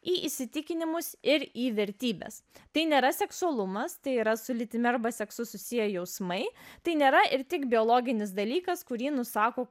į įsitikinimus ir į vertybes tai nėra seksualumas tai yra su lytimi arba seksu susiję jausmai tai nėra ir tik biologinis dalykas kurį nusako